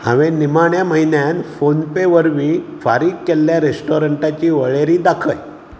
हांवें निमाण्या म्हयन्यान फोनपे वरवीं फारीक केल्ल्या रेस्टॉरंटांची वळेरी दाखय